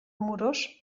amorós